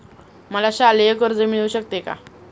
मला शालेय कर्ज मिळू शकते का?